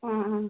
ആ ആ